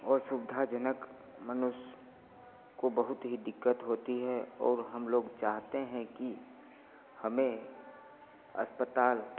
असुविधाजनक मनुष्य को बहुत ही दिक्कत होती है और हम लोग चाहते हैं कि हमें अस्पताल